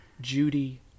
Judy